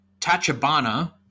Tachibana